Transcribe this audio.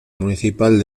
municipal